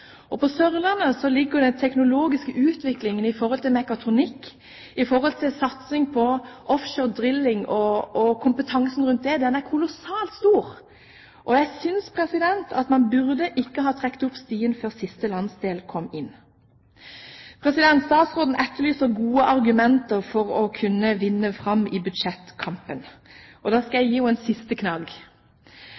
På Sørlandet ligger den teknologiske utviklingen på mekatronikk og satsing på offshore og drilling. Kompetansen rundt dette er kolossalt stor. Jeg synes ikke man burde ha trukket opp stigen før siste landsdel kom inn. Statsråden etterlyste gode argumenter for å kunne vinne fram i budsjettkampen. Da skal jeg